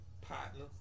Partner